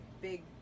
big